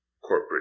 corporate